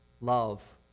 love